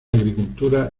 agricultura